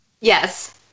Yes